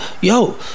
Yo